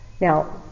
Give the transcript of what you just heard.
Now